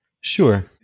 Sure